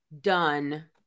done